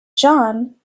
jahan